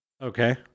Okay